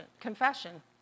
confession